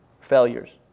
failures